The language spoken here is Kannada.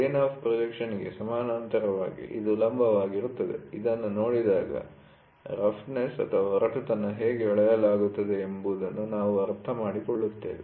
ಪ್ಲೇನ್ ಆಫ್ ಪ್ರೊಜೆಕ್ಷನ್'ಗೆ ಸಮಾನಾಂತರವಾಗಿ ಇದು ಲಂಬವಾಗಿರುತ್ತದೆ ಇದನ್ನು ನೋಡಿದಾಗ ರಫ್ನೆಸ್ಒರಟುತನ ಹೇಗೆ ಅಳೆಯಲಾಗುತ್ತದೆ ಎಂಬುದನ್ನು ನಾವು ಅರ್ಥಮಾಡಿಕೊಳ್ಳುತ್ತೇವೆ